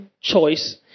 choice